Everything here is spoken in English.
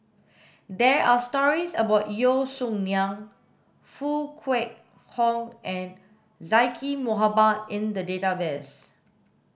there are stories about Yeo Song Nian Foo Kwee Horng and Zaqy Mohamad in the database